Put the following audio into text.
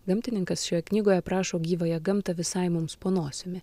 gamtininkas šioje knygoje aprašo gyvąją gamtą visai mums po nosimi